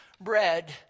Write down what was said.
bread